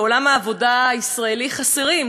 בעולם העבודה הישראלי חסרים,